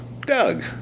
Doug